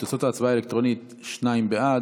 תוצאות ההצבעה האלקטרונית: שניים בעד,